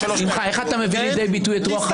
איך אתה מביא לידי ביטוי את רוח המקום?